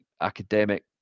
academic